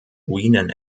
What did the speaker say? ruinen